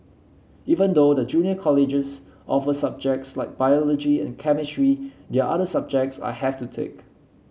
even though the junior colleges offer subjects like biology and chemistry they are other subjects I have to take